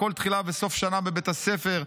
בכל תחילה וסוף שנה בבית ספר,